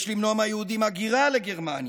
יש למנוע מהיהודים הגירה לגרמניה,